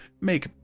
make